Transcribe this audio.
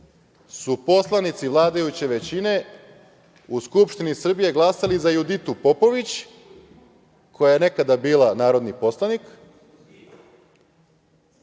su poslanici vladajuće većine u Skupštini Srbije glasali za Juditu Popović, koja je nekada bila narodni poslanik,